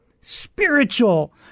spiritual